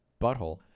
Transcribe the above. Butthole